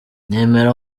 nemera